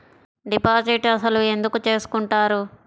Deposit అసలు ఎందుకు చేసుకుంటారు?